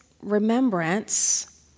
remembrance